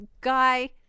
guy